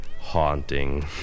haunting